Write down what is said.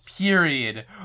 period